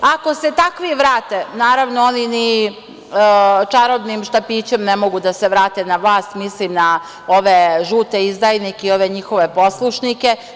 Ako se takvi vrate“, naravno oni ni čarobnim štapićem ne mogu da se vrate na vlast, mislim na ove žute izdajnike i ove njihove poslušnike.